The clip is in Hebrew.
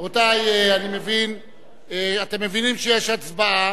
רבותי, אתם מבינים שיש הצבעה.